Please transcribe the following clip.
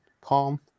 calm